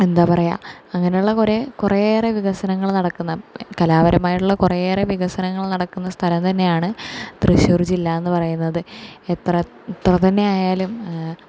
എന്താ പറയുക അങ്ങനെയുള്ള കുറെ കുറെയേറെ വികസനങ്ങൾ നടക്കുന്ന കലാപരമായിട്ടുള്ള കുറെയേറെ വികസനങ്ങൾ നടക്കുന്ന സ്ഥലം തന്നെയാണ് തൃശ്ശൂർ ജില്ല എന്ന് പറയുന്നത് എത്ര എത്രതന്നെയായാലും